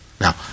Now